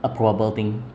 a probable thing